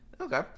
Okay